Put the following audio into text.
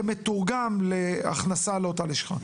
שמתורגם להכנסה לאותה לשכה.